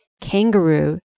kangaroo